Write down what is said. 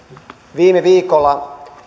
viime viikolla